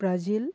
Brazil